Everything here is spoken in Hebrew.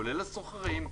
כולל סוחרים,